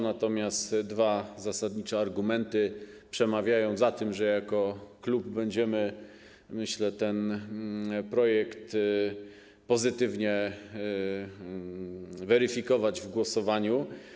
Natomiast dwa zasadnicze argumenty przemawiają za tym, że jako klub będziemy, myślę, ten projekt pozytywnie weryfikować w głosowaniu.